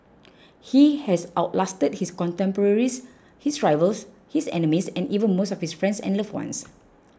he has out lasted his contemporaries his rivals his enemies and even most of his friends and loved ones